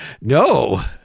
No